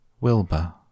Wilbur